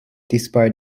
despite